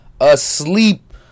asleep